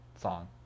song